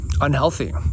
unhealthy